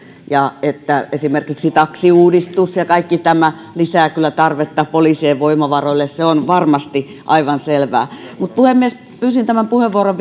ja esimerkiksi taksiuudistus ja kaikki tämä lisäävät kyllä tarvetta poliisien voimavaroille se on varmasti aivan selvää puhemies pyysin tämän puheenvuoron